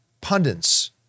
pundits